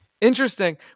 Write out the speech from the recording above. interesting